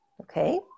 Okay